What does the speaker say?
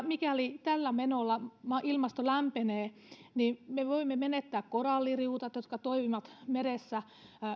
mikäli tällä menolla ilmasto lämpenee me voimme menettää koralliriutat jotka toimivat meressä